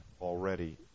already